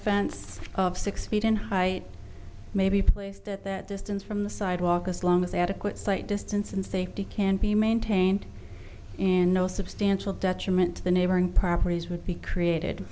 fence of six feet in height may be placed at that distance from the sidewalk as long as adequate sight distance and safety can be maintained and no substantial detriment to the neighboring properties would be created